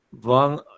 One